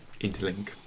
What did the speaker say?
interlink